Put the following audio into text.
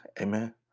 Amen